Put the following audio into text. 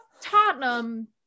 Tottenham